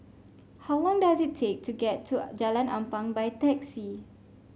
how long does it take to get to Jalan Ampang by taxi